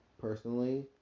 personally